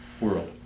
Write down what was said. world